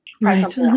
Right